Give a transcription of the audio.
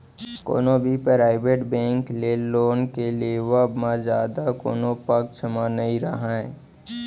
कोनो भी private bank ले लोन के लेवब म जादा कोनो पक्छ म नइ राहय